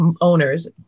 owners